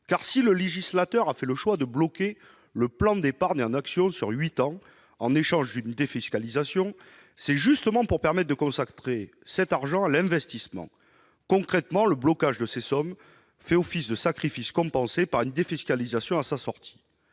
si le législateur a fait le choix de bloquer le plan d'épargne en actions sur huit ans, en échange d'une défiscalisation, c'est justement pour permettre de consacrer cet argent à l'investissement. Concrètement, le blocage de ces sommes fait office de sacrifice, compensé par une défiscalisation à sa sortie.